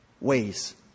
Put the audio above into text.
ways